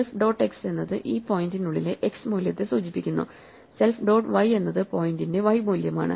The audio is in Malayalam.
സെൽഫ് ഡോട്ട് x എന്നത് ഈ പോയിന്റിനുള്ളിലെ x മൂല്യത്തെ സൂചിപ്പിക്കുന്നു സെൽഫ് ഡോട്ട് y എന്നത് പോയിന്റിന്റെ y മൂല്യമാണ്